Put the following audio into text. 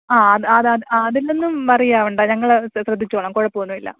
ആ അത് അതിനൊന്നും വറി ആവേണ്ട ഞങ്ങൾ അത് ശ്രദ്ധിച്ചോളാം കുഴപ്പം ഒന്നുമില്ല